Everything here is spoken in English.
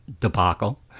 debacle